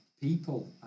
people